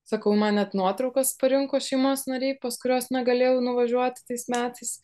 sakau man net nuotraukas parinko šeimos nariai pas kuriuos negalėjau nuvažiuot tais metais